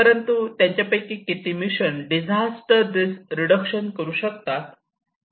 परंतु त्यांच्यापैकी किती मिशन डिझास्टर रिस्क रिडक्शन करू शकतात